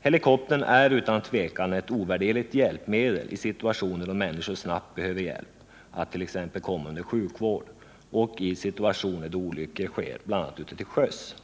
Helikoptern är utan tvivel ett ovärderligt hjälpmedel i situationer då människor snabbt behöver hjälp med att t.ex. komma under sjukhusvård och i situationer då olyckor skett, bl.a. till sjöss.